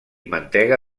mantega